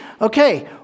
Okay